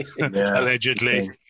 Allegedly